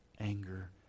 anger